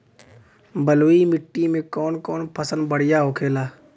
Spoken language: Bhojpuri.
बलुई मिट्टी में कौन कौन फसल बढ़ियां होखेला?